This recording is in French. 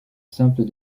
simple